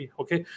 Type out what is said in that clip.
okay